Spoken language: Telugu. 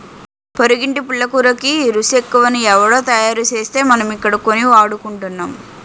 పొరిగింటి పుల్లకూరకి రుసెక్కువని ఎవుడో తయారుసేస్తే మనమిక్కడ కొని వాడుకుంటున్నాం